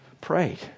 prayed